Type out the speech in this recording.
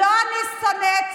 לא אני שונאת,